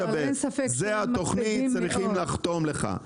משרד הבריאות צריך לחתום על התוכנית הזאת.